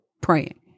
praying